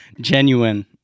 Genuine